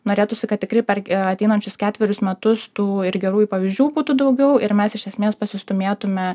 norėtųsi kad tikrai per ateinančius ketverius metus tų ir gerųjų pavyzdžių būtų daugiau ir mes iš esmės pasistūmėtume